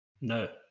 No